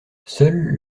seul